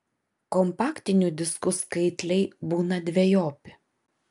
kompaktinių diskų skaitliai būna dvejopi